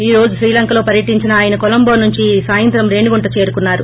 ఈ రోజు శ్రీలంకలో పర్యటించిన ఆయన కొలంబో నుంచి ేఈ సాయంత్రం రేణిగుంట చేరుకున్నారు